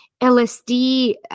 LSD